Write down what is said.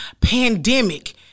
pandemic